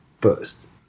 first